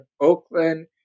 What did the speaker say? Oakland